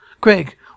Greg